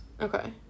Okay